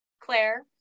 Claire